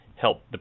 help